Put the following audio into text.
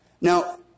Now